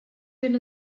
ben